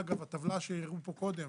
אגב, הטבלה שהראו פה קודם